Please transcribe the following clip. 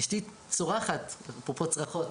אשתי צורחת אפרופו צרחות,